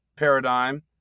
paradigm